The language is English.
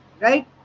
right